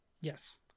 yes